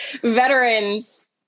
veterans